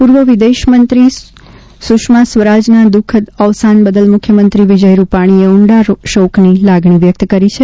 પૂર્વ વિદેશમંત્રી સુષ્મા સ્વરાજના દુઃખદ અવસાન બદલ મુખ્યમંત્રી વિજય રૂપાણીએ ઊંડા શોકની લાગણી વ્યક્ત કરી છે